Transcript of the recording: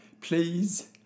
please